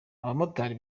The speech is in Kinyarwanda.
abamotari